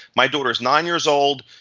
my daughter is nine years old.